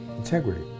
integrity